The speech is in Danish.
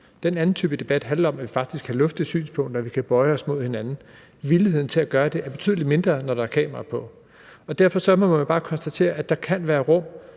den anden type debat kan vi faktisk drøfte synspunkter, vi kan bøje os mod hinanden, og villigheden til at gøre det er betydelig mindre, når der er kamera på. Derfor må man bare konstatere, at der kan være rum,